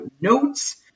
notes